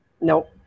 Nope